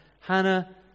Hannah